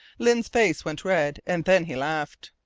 lyne's face went red, and then he laughed.